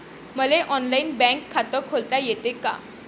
मले online bank खात खोलता येते का?